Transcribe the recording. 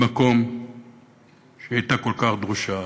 במקום שהיא הייתה כל כך דרושה.